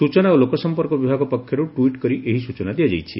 ସୂଚନା ଓ ଲୋକ ସମ୍ମର୍କ ବିଭାଗ ପକ୍ଷରୁ ଟ୍ଟିଟ କରି ଏହି ସୂଚନା ଦିଆଯାଇଛି